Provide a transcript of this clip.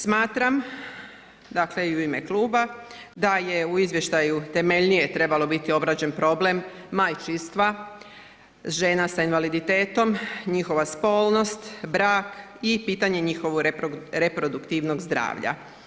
Smatram i u ime kluba da je u izvještaju temeljnije trebalo biti obrađen problem majčinstva, žena sa invaliditetom, njihova spolnost, brak i pitanje njihovog reproduktivnog zdravlja.